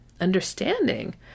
understanding